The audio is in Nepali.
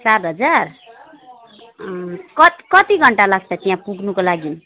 सात हजार कत कति घन्टा लाग्छ त्यहाँ पुग्नुको लागिन्